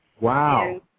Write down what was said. Wow